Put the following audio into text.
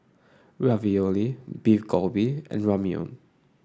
Ravioli Beef Galbi and Ramyeon